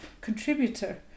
contributor